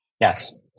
Yes